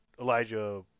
Elijah